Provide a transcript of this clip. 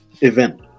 event